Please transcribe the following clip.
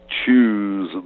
choose